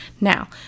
Now